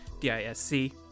d-i-s-c